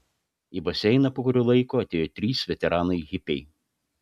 į baseiną po kurio laiko atėjo trys veteranai hipiai